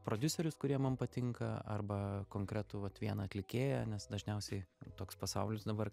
prodiuserius kurie man patinka arba konkretų vieną atlikėją nes dažniausiai toks pasaulis dabar